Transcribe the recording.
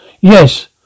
Yes